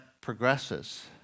progresses